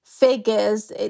Figures